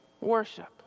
worship